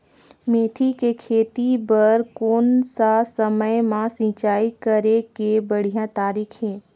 मेथी के खेती बार कोन सा समय मां सिंचाई करे के बढ़िया तारीक हे?